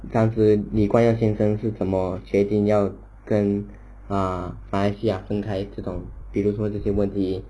当时李光耀先生是怎么决定要跟 err 马来西亚分开 like 这种比如说这些问题